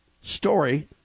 story